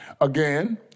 Again